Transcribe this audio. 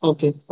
Okay